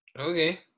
Okay